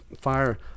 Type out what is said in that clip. fire